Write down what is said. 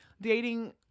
dating